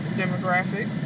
demographic